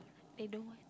they don't want